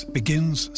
begins